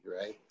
Right